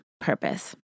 purpose